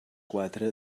quatre